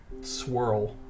swirl